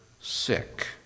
sick